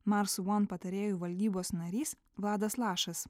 mars one patarėjų valdybos narys vladas lašas